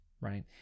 right